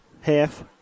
half